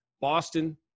Boston